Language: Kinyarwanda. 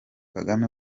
kagame